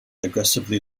aggressively